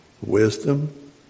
wisdom